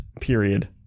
Period